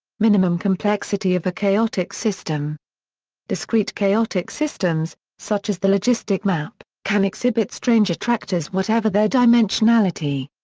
minimum complexity of a chaotic system discrete chaotic systems, such as the logistic map, can exhibit strange attractors whatever their dimensionality.